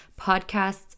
Podcasts